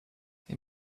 they